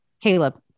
Caleb